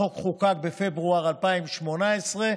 החוק חוקק בפברואר 2018,